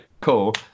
cool